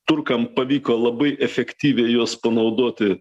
turkam pavyko labai efektyviai juos panaudoti